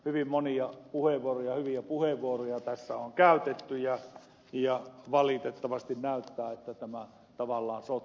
hyvin monia hyviä puheenvuoroja tässä on käytetty ja valitettavasti näyttää siltä että tavallaan tämä sotku jatkuu